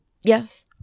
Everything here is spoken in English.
Yes